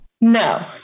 No